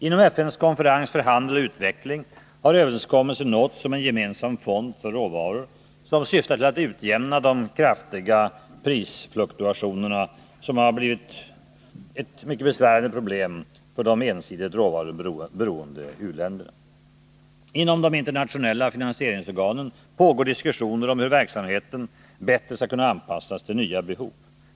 Inom FN:s konferens för handel och utveckling har överenskommelse nåtts om en gemensam fond för råvaror, som syftar till att utjämna de kraftiga prisfluktuationer som blivit ett mycket besvärligt problem för de ensidigt råvaruberoende u-länderna. Inom de internationella finansieringsorganen pågår diskussioner om hur verksamheten bättre skall kunna anpassas till nya behov.